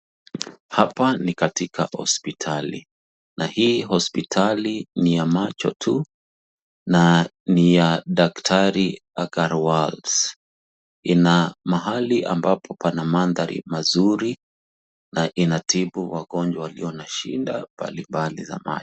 Hapa ni katika hospitali ,na hii hospitali ni ya macho tu na ni ya daktari ina mahali pana mandhari mazuri na inatibu wagonjwa wenye shida mbali mbali za macho